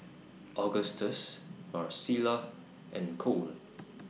Augustus Marcella and Kole